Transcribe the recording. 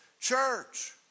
church